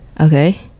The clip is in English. okay